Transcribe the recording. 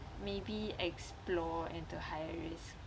maybe explore into higher risk